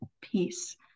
peace